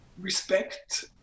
respect